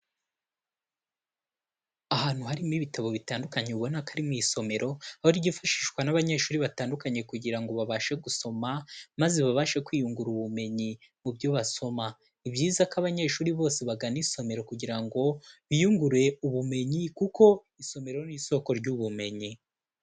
Ahantu harimo ibitabo bitandukanye ubona ko ari mu isomero, aho ryifashishwa n'abanyeshuri batandukanye kugira ngo babashe gusoma, maze babashe kwiyungura ubumenyi mu byo basoma. Ni ibyiza ko abanyeshuri bose bagana isomero kugira ngo biyungure ubumenyi kuko isomero ni isoko ry'ubumenyi.